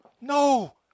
No